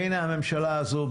והינה הממשלה הזו,